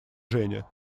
женя